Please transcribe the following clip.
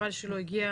חבל שלא הגיעה.